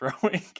throwing